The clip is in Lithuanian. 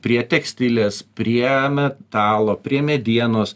prie tekstilės prie metalo prie medienos